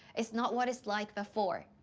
it's not what it's like before.